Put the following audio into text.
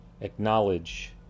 acknowledge